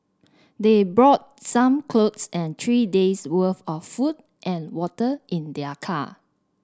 they brought some clothes and three day's worth of food and water in their car